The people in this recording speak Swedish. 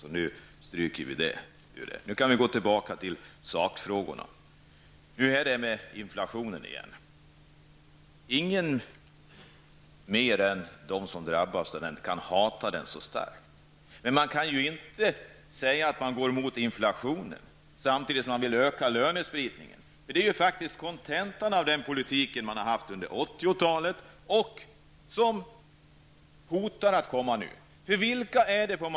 Så nu kan vi stryka ett streck över det här. Jag vill komma tillbaka till sakfrågorna. Hur är det med inflationen? Ingen annan än den som drabbas av inflationen kan hata den så starkt. Men man kan inte säga att man bekämpar inflationen, samtidigt som man vill öka lönespridningen. Det är faktiskt kontentan av den politik som har förts under 80 talet, en politik vars resultat nu börjar utgöra ett hot.